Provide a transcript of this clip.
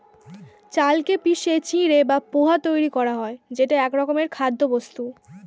চালকে পিষে চিঁড়ে বা পোহা তৈরি করা হয় যেটা একরকমের খাদ্যবস্তু